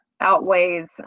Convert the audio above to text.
outweighs